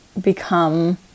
become